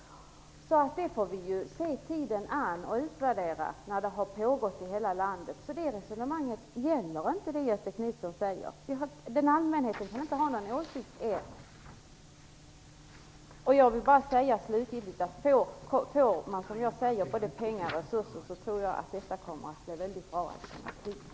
Vi får se tiden an och utvärdera detta när försöksverksamhet har skett i hela landet. Göthe Knutsons resonemang gäller alltså inte. Får vi både pengar och resurser tror jag att detta blir väldigt bra i sinom tid.